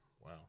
wow